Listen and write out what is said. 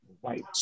white